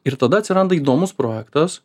ir tada atsiranda įdomus projektas